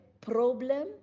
problem